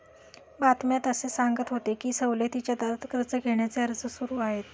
बातम्यात असे सांगत होते की सवलतीच्या दरात कर्ज घेण्याचे अर्ज सुरू आहेत